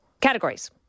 categories